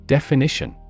Definition